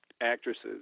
actresses